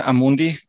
Amundi